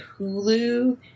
Hulu